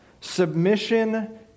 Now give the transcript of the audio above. submission